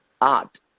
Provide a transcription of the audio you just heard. art